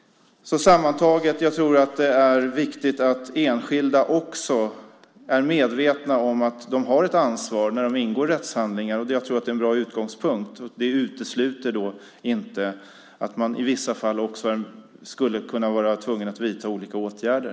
Sammantaget tror jag att det är viktigt att också enskilda är medvetna om att de har ett ansvar när de ingår rättshandlingar. Jag tror att det är en bra utgångspunkt. Men det utesluter inte att man i vissa fall också skulle kunna vara tvungen att vidta olika åtgärder.